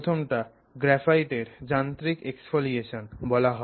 প্রথমটাকে গ্রাফাইটের যান্ত্রিক এক্সফোলিয়েশন বলা হয়